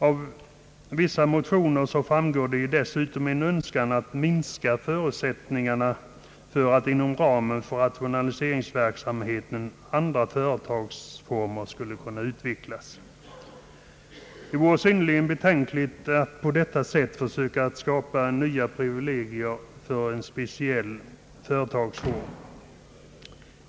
Av vissa motioner framgår det dessutom en önskan att minska förutsättningarna för att inom ramen för rationaliseringsverksamheten andra = företagsformer skulle kunna utvecklas. Det vore synnerligen betänkligt att på detta sätt försöka skapa nya privilegier för en speciell företagsform.